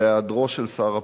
בהיעדרו של שר הפנים.